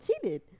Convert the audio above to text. cheated